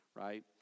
right